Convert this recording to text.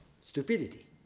stupidity